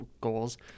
goals